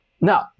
Now